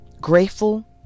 grateful